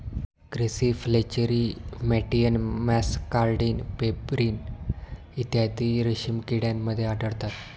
grasserie flacherie मॅटियन muscardine pebrine इत्यादी रेशीम किड्यांमध्ये आढळतात